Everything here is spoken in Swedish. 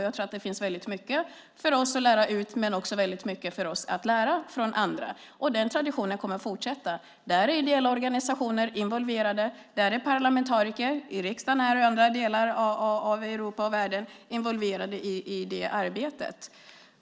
Jag tror att det finns väldigt mycket för oss att lära ut men att det också finns väldigt mycket för oss att lära från andra. Den traditionen kommer att fortsätta. Där är ideella organisationer involverade. I detta arbete är parlamentariker i riksdagen och i andra delar av Europa och världen involverade.